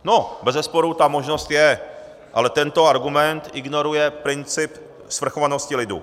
No, bezesporu, ta možnost je, ale tento argument ignoruje princip svrchovanosti lidu.